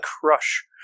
crush